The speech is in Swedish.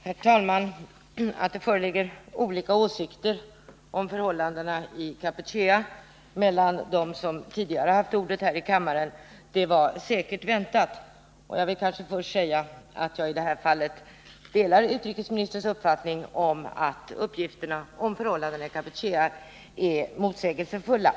Herr talman! Att det föreligger olika åsikter om förhållandena i Kampuchea mellan dem som tidigare haft ordet här i kammaren var säkert väntat. Jag vill till att börja med säga att jag delar utrikesministerns uppfattning, att uppgifterna om förhållandena i Kampuchea är motsägelsefulla.